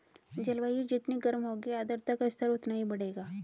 जलवायु जितनी गर्म होगी आर्द्रता का स्तर उतना ही बढ़ेगा